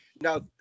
Now